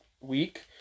week